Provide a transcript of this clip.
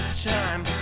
time